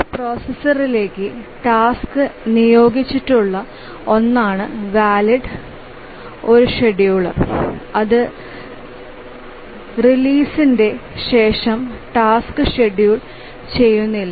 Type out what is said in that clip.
ഒരു പ്രോസസ്സറിലേക്ക് ടാസ്ക് നിയോഗിച്ചിട്ടുള്ള ഒന്നാണ് വാലഡ് ഒരു ഷെഡ്യൂൾ അത് റിലീസ്യതിന് ശേഷം ടാസ്ക് ഷെഡ്യൂൾ ചെയ്യുന്നില്ല